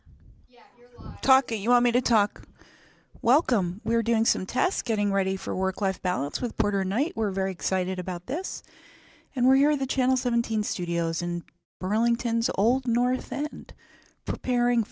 talking you want me to talk welcome we're doing some tests getting ready for work life balance with porter night we're very excited about this and we're the channel seventeen studios in burlington sold north and preparing